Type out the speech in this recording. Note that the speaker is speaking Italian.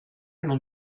non